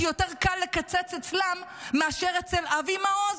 קל יותר לקצץ אצלם מאשר אצל אבי מעוז.